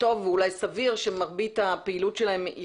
וטוב ואולי סביר שמרבית הפעילות שלהם היא